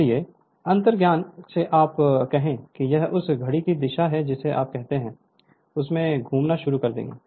इसलिए अंतर्ज्ञान से आप कहें कि यह उस घड़ी की दिशा में जिसे आप कहते हैं उसमें घूमना शुरू कर देंगे